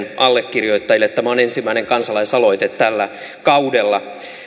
tämä on ensimmäinen kansalaisaloite tällä kaudella